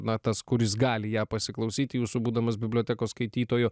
na tas kuris gali ją pasiklausyti jūsų būdamas bibliotekos skaitytoju